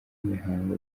imihango